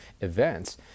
events